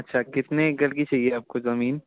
अच्छा कितने एकड़ की चाहिए आपको ज़मीन